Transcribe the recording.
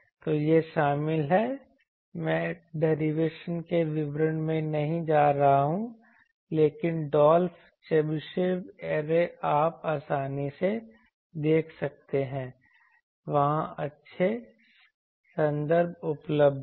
तो यह शामिल है मैं डेरिवेशन के विवरण में नहीं जा रहा हूं लेकिन डॉल्फ चेबेशेव ऐरे आप आसानी से देख सकते हैं वहां अच्छे संदर्भ उपलब्ध हैं